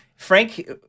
Frank